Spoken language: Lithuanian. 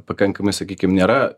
pakankamai sakykim nėra